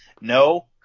No